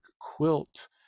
quilt